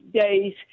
days